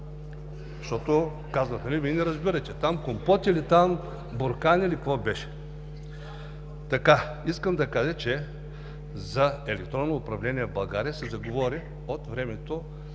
Защото казваха: Вие не разбирате, там компоти ли, там буркани ли, какво беше? Искам да кажа, че за електронно управление в България се заговори от времето